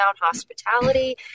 hospitality